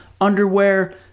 underwear